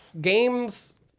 games